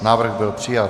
Návrh byl přijat.